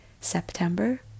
September